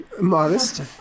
Modest